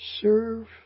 serve